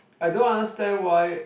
I don't understand why